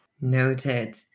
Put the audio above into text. Noted